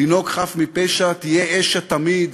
תינוק חף מפשע, תהיה אש התמיד